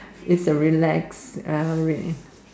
is the relax uh way